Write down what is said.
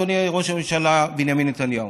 אדוני ראש הממשלה בנימין נתניהו.